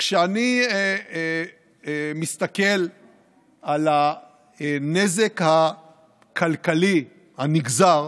כשאני מסתכל על הנזק הכלכלי הנגזר,